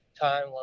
time